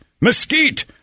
mesquite